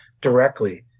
directly